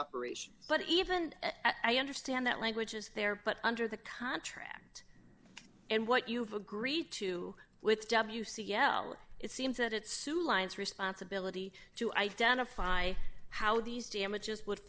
operation but even i understand that language is there but under the contract and what you have agreed to with w c l it seems that it sue lines responsibility to identify how these damages would